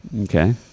Okay